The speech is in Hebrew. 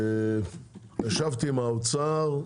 ישבתי עם האוצר,